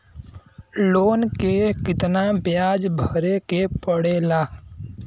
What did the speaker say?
Loan के कितना ब्याज भरे के पड़े ला?